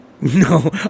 No